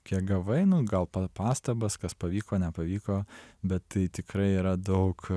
kiek gavai na gal pa pastabas kas pavyko nepavyko bet tai tikrai yra daug